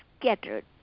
scattered